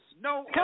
no